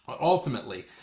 Ultimately